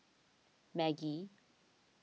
Maggi